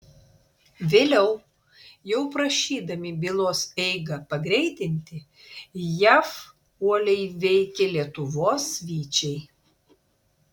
vėliau jau prašydami bylos eigą pagreitinti jav uoliai veikė lietuvos vyčiai